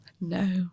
No